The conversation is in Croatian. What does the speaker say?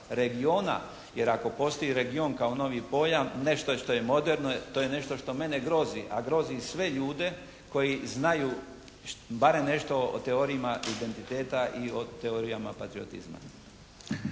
jer ako postoji region kao novi pojam, nešto je što je moderno, to je nešto što mene grozi. A grozi i sve ljude koji znaju barem nešto o teorijama identiteta i o teorijama patriotizma.